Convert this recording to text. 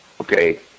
okay